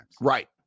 right